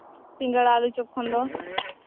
ᱥᱤᱸᱜᱟᱹᱲᱟ ᱟᱹᱞᱩ ᱪᱚᱯ ᱠᱷᱚᱱ ᱫᱚ